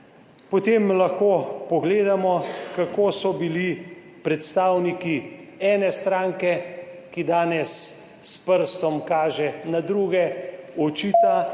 Potem lahko pogledamo, kako so bili predstavniki ene stranke, ki danes s prstom kaže na druge in